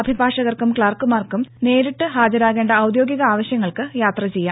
അഭിഭാഷകർക്കും ക്സാർക്കുമാർക്കും നേരിട്ട് ഹാജരാകേണ്ട ഔദ്യോഗിക ആവശ്യങ്ങൾക്ക് യാത്ര ചെയ്യാം